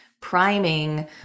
priming